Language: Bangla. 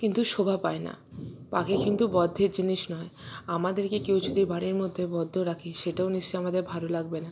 কিন্তু শোভা পায় না পাখি কিন্তু বদ্ধের জিনিস নয় আমাদেরকে কেউ যদি বাড়ির মধ্যে বদ্ধ রাখে সেটাও নিশ্চয় আমাদের ভালো লাগবে না